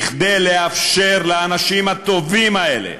כדי לאפשר לאנשים הטובים האלה,